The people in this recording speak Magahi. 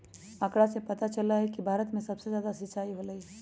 आंकड़ा से पता चलई छई कि भारत में सबसे जादा सिंचाई होलई ह